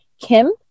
kim